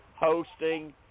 hosting